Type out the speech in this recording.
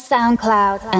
SoundCloud